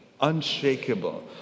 unshakable